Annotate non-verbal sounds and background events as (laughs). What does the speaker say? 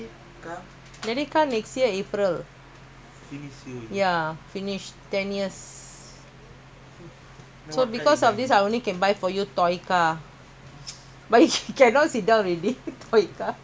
because of this I only can buy for you toy car (laughs) but you cannot sit down already toy car ah I okay I want to ask you one thing